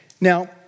Now